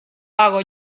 hago